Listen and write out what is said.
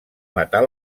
matar